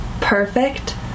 perfect